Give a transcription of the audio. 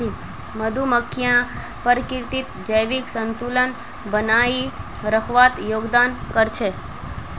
मधुमक्खियां प्रकृतित जैविक संतुलन बनइ रखवात योगदान कर छि